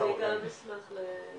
תסתכלו מה הוא עשה בחיים.